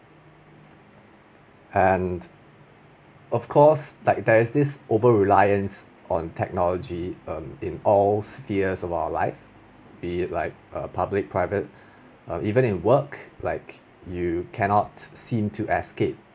and of course that there is this over-reliance on technology um in all steers of our life be like err public private err even in work you cannot seem to escape